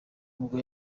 ubwo